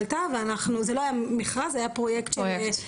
כבר אפשר לראות את הסכנה האורבת ללהט"ב כשהאלימות בשבוע האחרון